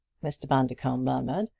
mr. bundercombe murmured,